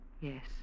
Yes